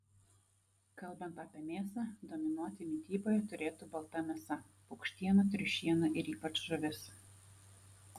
kalbant apie mėsą dominuoti mityboje turėtų balta mėsa paukštiena triušiena ir ypač žuvis